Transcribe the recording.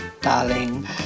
darling